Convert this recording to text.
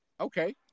okay